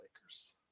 Lakers